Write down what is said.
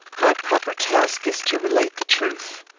my proper task is to relate the truth.